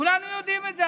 כולנו יודעים את זה.